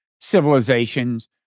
civilizations